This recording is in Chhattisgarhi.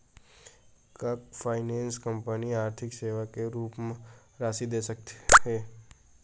का फाइनेंस कंपनी आर्थिक सेवा के रूप म राशि दे सकत हे?